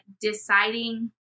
deciding